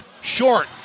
Short